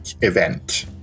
event